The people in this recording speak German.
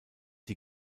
die